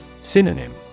Synonym